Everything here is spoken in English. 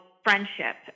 friendship